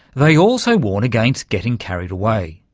they also warn against getting carried away,